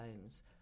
homes